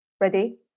Ready